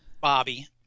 Bobby